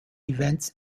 events